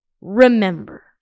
remember